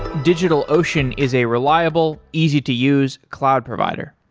digitalocean is a reliable, easy to use cloud provider.